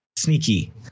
sneaky